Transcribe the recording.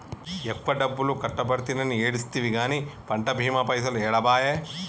ఎక్కువ డబ్బులు కట్టబడితినని ఏడిస్తివి గాని పంట బీమా పైసలు ఏడబాయే